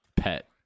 Pet